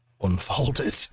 unfolded